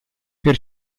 per